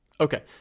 Okay